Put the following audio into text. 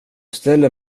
ställer